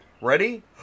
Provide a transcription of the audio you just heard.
Ready